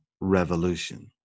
revolution